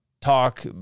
Talk